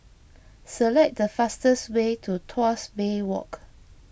select the fastest way to Tuas Bay Walk